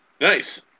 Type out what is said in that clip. Nice